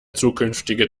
zukünftige